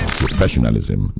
professionalism